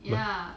b~